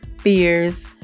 fears